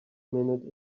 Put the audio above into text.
minute